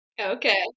Okay